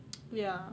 ya